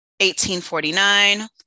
1849